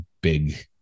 big